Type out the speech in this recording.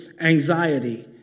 anxiety